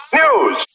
news